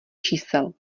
čísel